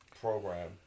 program